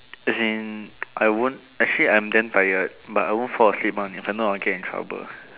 as in I won't actually I'm damn tired but I won't fall asleep one if not I will get in trouble